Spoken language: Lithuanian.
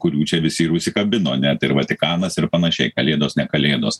kurių čia visi ir užsikabino net ir vatikanas ir panašiai kalėdos ne kalėdos